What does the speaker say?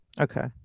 okay